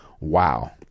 Wow